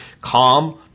Calm